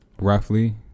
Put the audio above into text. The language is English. roughly